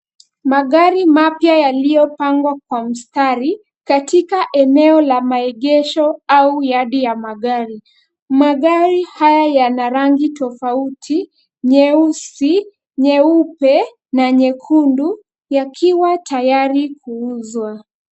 Magari mapya yaliyopangwa kwa mstari katika eneo la maegesho au yadi ya magari. Magari haya yana rangi tofauti, nyeusi, nyeupe na nyekundu yakiwa tayari kuuzwa.